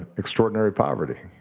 extraordinary poverty.